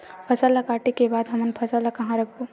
फसल ला काटे के बाद हमन फसल ल कहां रखबो?